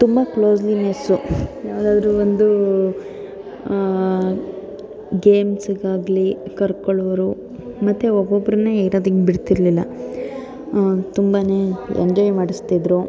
ತುಂಬ ಕ್ಲೋಝ್ಲಿನೆಸ್ಸು ಯಾವ್ದಾದ್ರೂ ಒಂದು ಗೇಮ್ಸ್ಗಾಗಲಿ ಕರ್ಕೊಳ್ಳೋರು ಮತ್ತು ಒಬ್ಬೊಬ್ರನ್ನೇ ಇರದಕ್ ಬಿಡ್ತಿರಲಿಲ್ಲ ತುಂಬ ಎಂಜಾಯ್ ಮಾಡಿಸ್ತಿದ್ರು